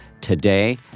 today